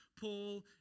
Paul